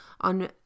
on